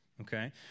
Okay